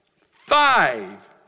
five